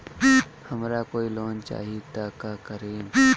हमरा कोई लोन चाही त का करेम?